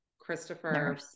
Christopher